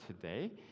today